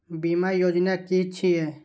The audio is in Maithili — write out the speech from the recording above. बीमा योजना कि छिऐ?